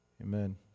Amen